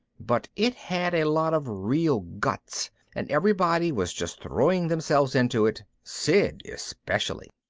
but it had a lot of real guts and everybody was just throwing themselves into it, sid especially.